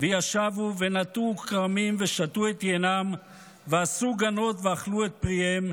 וישבו ונטעו כרמים ושתו את יינם ועשו גנות ואכלו את פריהם.